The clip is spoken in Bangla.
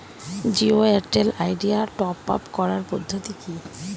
জিও এয়ারটেল আইডিয়া টপ আপ করার পদ্ধতি কি?